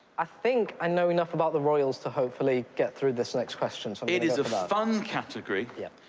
i think i know enough about the royals to hopefully get through this next question. so it is a fun category. yeah.